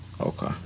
Okay